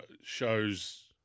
shows